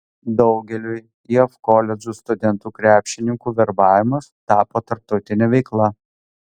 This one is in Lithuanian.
daugeliui jav koledžų studentų krepšininkų verbavimas tapo tarptautine veikla